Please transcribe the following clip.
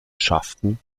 schafften